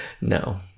No